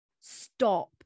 Stop